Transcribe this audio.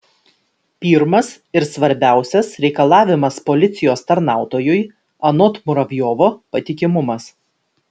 pirmas ir svarbiausias reikalavimas policijos tarnautojui anot muravjovo patikimumas